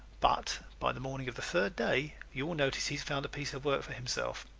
but by the morning of the third day you will notice he has found a piece of work for himself.